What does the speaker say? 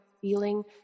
feeling